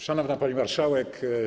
Szanowna Pani Marszałek!